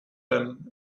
them